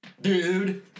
dude